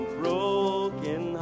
broken